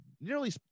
nearly